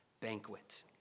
banquet